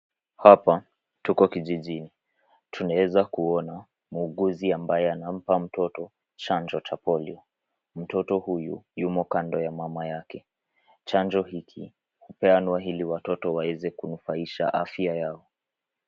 Hapa tuko kijijni. Tunaweza kuona muguuzi anayempa mtoto chanjo ya polio. Mtoto huyu yuko kando ya mama yake. Chanjo hiki hupeanwa ili watoto waweze kunufaisha afya yao.